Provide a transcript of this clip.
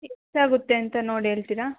ಎಷ್ಟಾಗುತ್ತೆ ಅಂತ ನೋಡಿ ಹೇಳ್ತಿರಾ